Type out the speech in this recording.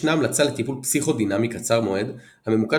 ישנה המלצה לטיפול פסיכודינמי קצר מועד הממוקד